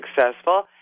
successful